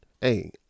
Hey